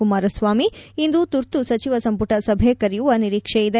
ಕುಮಾರಸ್ವಾಮಿ ಇಂದು ತುರ್ತು ಸಚಿವ ಸಂಪುಟ ಸಭೆ ಕರೆಯುವ ನಿರೀಕ್ಷೆ ಇದೆ